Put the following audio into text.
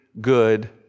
good